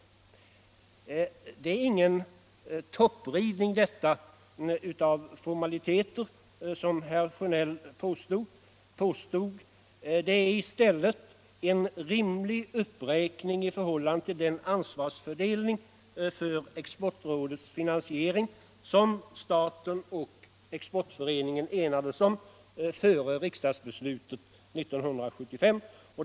Detta är ingen toppridning på formaliteter, som herr Sjönell påstod, utan det är i stället en rimlig uppräkning i förhållande till den anslagsfördelning för Exportrådets finansiering som staten och Exportföreningen enades om före riksdagsbeslutet 1975.